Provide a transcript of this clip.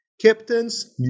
Captains